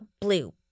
Blue